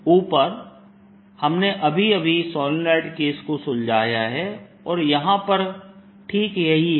ऊपर हमने अभी अभी सोलनॉइड केस को सुलझाया है और यहां पर ठीक यही है